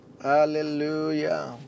Hallelujah